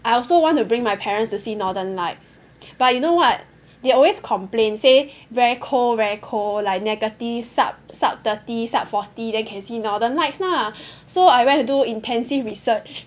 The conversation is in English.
I also want to bring my parents to see northern lights but you know what they always complain say very cold very cold like negative sub sub thirty sub forty then can see northern lights lah so I went to do intensive research